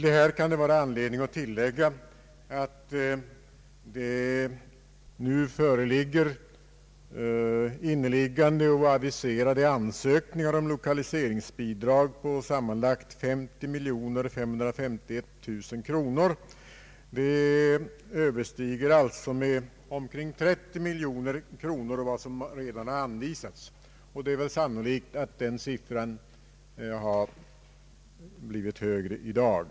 Det kan vara anledning att tillägga att det enligt senaste uppgift finns inneliggande och aviserade ansökningar om lokaliseringsbidrag på sammanlagt 530 551 000 kronor. Beloppet överstiger alltså med omkring 30 miljoner kronor vad som redan har anvisats, och det är väl sannolikt att denna siffra har blivit högre i dag.